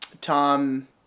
Tom